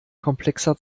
komplexer